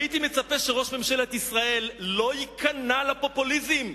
הייתי מצפה שראש ממשלת ישראל לא ייכנע לפופוליזם,